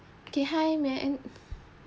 okay hi may I